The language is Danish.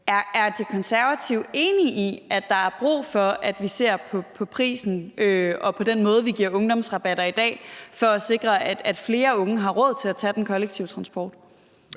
Er De Konservative enige i, at der er brug for, at vi ser på prisen og på den måde, vi giver ungdomsrabatter på i dag, for at sikre, at flere unge har råd til at tage den kollektive transport?